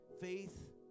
Faith